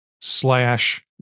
slash